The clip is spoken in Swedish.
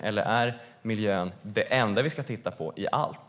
Eller är miljön det enda vi ska titta på i allt?